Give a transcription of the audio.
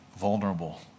vulnerable